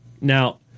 Now